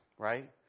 right